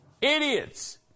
Idiots